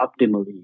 optimally